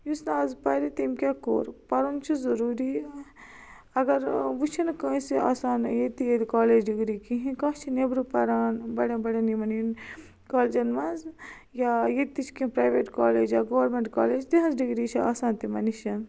یُس نہٕ آز پرِ تم کیا کوٚر پرُن چھُ ضروری اگر وٕنۍ چھُ نہ کٲنسہِ آسان یتہِ کالیج ڈِگری کہیٚنہ کانٛہہ چھُ نٮ۪برٕ پران بڑٮ۪ن بڑٮ۪ن یِمن کالجٮ۪ن منٛز یا یتہِ تہِ چھِ کیٚنٛہہ پرایویٹ یا گورنمنٹ کالیج تِہٚنٛز ڈِگری چھِ آسان تِمن نِشن